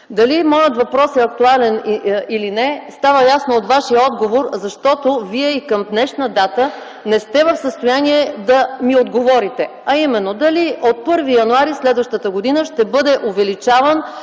Дали моят въпрос е актуален или не, става ясно от Вашия отговор, защото Вие и към днешна дата не сте в състояние да ми отговорите дали от 1 януари следващата година ще бъде увеличаван